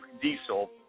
Diesel